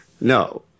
No